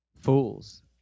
Fools